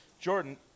Jordan